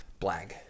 Blag